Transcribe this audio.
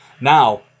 Now